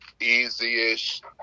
easiest